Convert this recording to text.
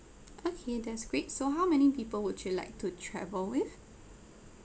okay that's great so how many people would you like to travel with